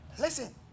Listen